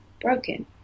broken